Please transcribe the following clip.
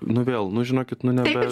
nu vėl nu žinokit nu ne be